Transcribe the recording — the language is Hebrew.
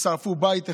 שרפו בית אחד,